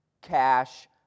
cash